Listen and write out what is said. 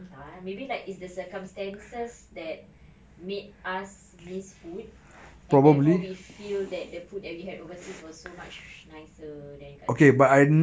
entah ah maybe like it's the circumstances that made us miss food and therefore we feel that the food that we had overseas was so much nicer than kat sini